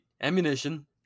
ammunition